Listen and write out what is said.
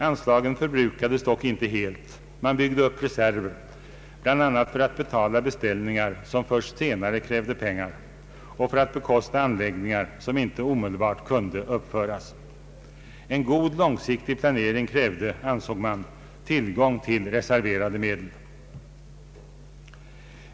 Anslagen förbrukades dock inte helt, utan man byggde upp reserver, bl.a. för att betala beställningar som först senare krävde pengar och för att bekosta anläggningar som inte omedelbart kunde utföras. En god långsiktig planering krävde, ansåg man, tillgång till reserverade medel.